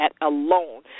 alone